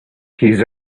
his